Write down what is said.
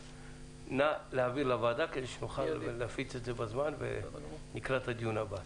נא להעביר לוועדה כדי שנוכל להפיץ את זה בזמן ולקראת הדיון הבא.